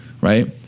Right